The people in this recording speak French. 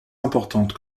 importantes